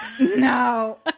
No